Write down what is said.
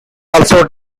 also